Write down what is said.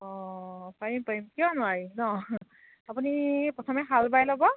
অঁ পাৰিম পাৰিম কিয় নোৱাৰিম নহ্ আপুনি প্ৰথমে হাল বাই ল'ব